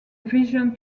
vision